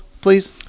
please